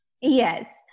Yes